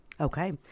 okay